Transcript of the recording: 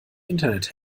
internet